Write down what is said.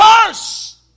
Curse